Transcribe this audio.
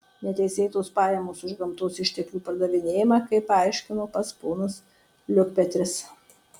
neteisėtos pajamos už gamtos išteklių pardavinėjimą kaip paaiškino tas ponas liukpetris